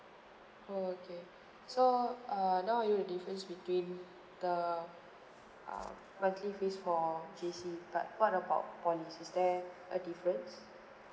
okay so err now I know the difference between the um monthly fees for J_C but what about polys is there a difference